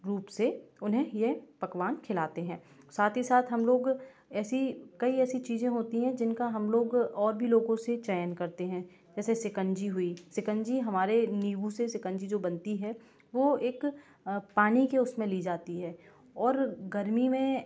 रूप से उन्हें यह पकवान खिलाते हैं साथ ही साथ हम लोग ऐसी कई ऐसी चीज़ें होती हैं जिनका हम लोग और भी लोगों से चयन करते हैं जैसे शिकंजी हुई शिकंजी हमारे नींबू से शिकंजी जो बनती है वो एक पानी के उसमें ली जाती है और गर्मी में